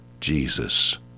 Jesus